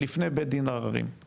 לפני בית דין לערערים,